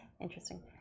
Interesting